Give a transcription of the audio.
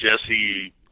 Jesse